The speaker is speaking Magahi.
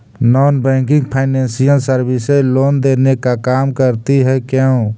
Non banking financial services loan देने का काम करती है क्यू?